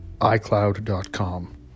iCloud.com